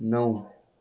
नौ